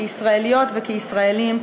כישראליות וכישראלים,